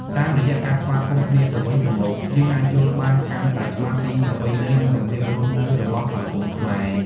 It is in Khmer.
តាមរយៈការស្វាគមន៍គ្នាទៅវិញទៅមក យើងអាចយល់បានកាន់តែច្បាស់ពីប្រពៃណីនិងរបៀបរស់នៅរបស់សង្គមខ្មែរ។